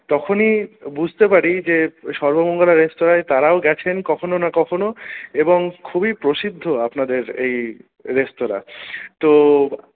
তখনই বুঝতে পারি যে সর্বমঙ্গলা রেস্তোরাঁয় তারাও গেছেন কখনো না কখনো এবং খুবই প্রসিদ্ধ আপনাদের এই রেস্তোরাঁ তো